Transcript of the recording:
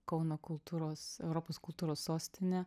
kauno kultūros europos kultūros sostinė